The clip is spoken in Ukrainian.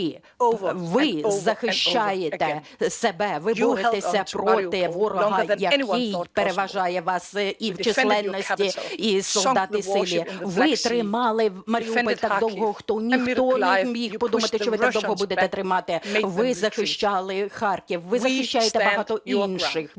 Ви захищаєте себе, ви боретеся проти ворога, який переважає вас і в чисельності і солдат, і силі. Ви тримали Маріуполь так довго, що ніхто не міг подумати, що ви так довго будете тримати. Ви захищали Харків, ви захищаєте багато інших